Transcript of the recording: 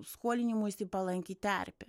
skolinimuisi palanki terpė